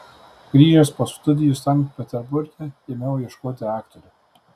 grįžęs po studijų sankt peterburge ėmiau ieškoti aktorių